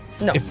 No